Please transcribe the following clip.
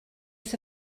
wrth